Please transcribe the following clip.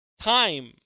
time